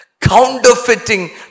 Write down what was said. counterfeiting